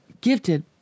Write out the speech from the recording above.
gifted